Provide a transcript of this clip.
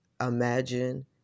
imagine